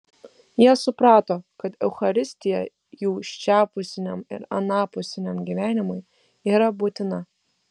jie suprato kad eucharistija jų šiapusiniam ir anapusiniam gyvenimui yra būtina